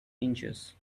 inches